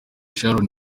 sharon